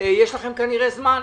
יש לכם כנראה זמן.